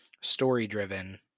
story-driven